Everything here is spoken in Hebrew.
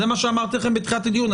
זה מה שאמרתי לכם בתחילת הדיון,